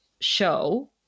show